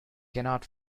cannot